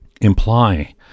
imply